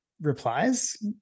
replies